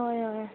हय हय